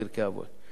פרקי אבות,